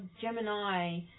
Gemini